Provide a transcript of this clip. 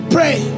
Pray